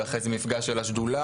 ואחרי זה מפגש של השדולה,